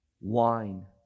Wine